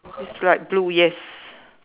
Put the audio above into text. it's light blue yes